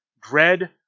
Dread